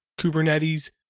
Kubernetes